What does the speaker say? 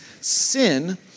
Sin